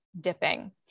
dipping